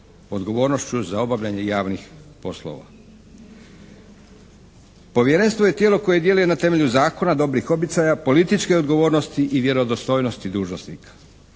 odgovornošću za obavljanje javnih poslova. Povjerenstvo je tijelo koje djeluje na temelju zakona, dobrih običaja, političke odgovornosti i vjerodostojnosti dužnosnika.